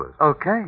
Okay